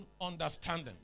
understanding